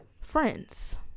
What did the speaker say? friends